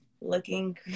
looking